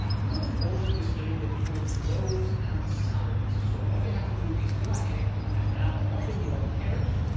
we want to also display the people's roles and salaries. so what we have to do is go ahead and add a couple more headers,